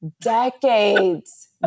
decades